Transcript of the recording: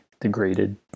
degraded